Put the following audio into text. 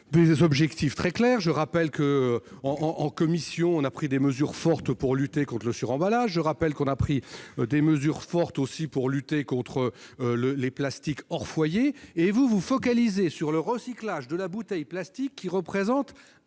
aux objectifs très clairs. Je rappelle que, en commission, nous avons pris des mesures fortes pour lutter contre le suremballage. Nous avons également pris des mesures fortes pour lutter contre les plastiques hors foyer. Quant à vous, vous vous focalisez sur le recyclage de la bouteille en plastique, qui représente